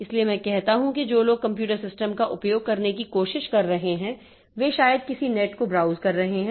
इसलिए मैं कहता हूं कि जो लोग कंप्यूटर सिस्टम का उपयोग करने की कोशिश कर रहे हैं वे शायद किसी नेट को ब्राउज़ कर रहे हैं